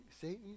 Satan